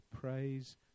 Praise